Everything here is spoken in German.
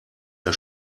der